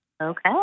Okay